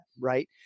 right